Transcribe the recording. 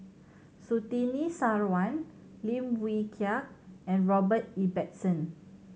Surtini Sarwan Lim Wee Kiak and Robert Ibbetson